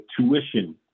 tuition